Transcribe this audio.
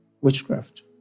witchcraft